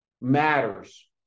matters